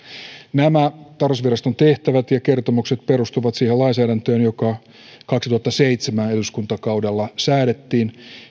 nämä tarkastusviraston tehtävät ja kertomukset perustuvat siihen lainsäädäntöön joka kaksituhattaseitsemän eduskuntakaudella säädettiin